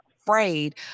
afraid